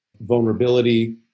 vulnerability